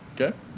Okay